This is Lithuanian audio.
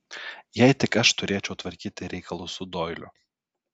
jei tik aš turėčiau tvarkyti reikalus su doiliu